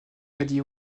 alliée